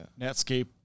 Netscape